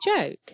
joke